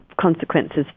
consequences